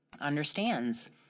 understands